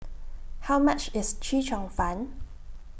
How much IS Chee Cheong Fun